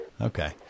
Okay